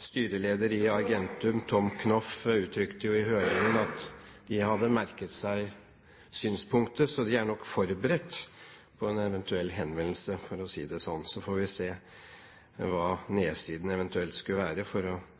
Styreleder i Argentum Tom Knoff uttrykte jo i høringen at de hadde merket seg synspunktet. Så de er nok forberedt på en eventuell henvendelse, for å si det sånn. Så får vi se hva nedsiden eventuelt skulle være for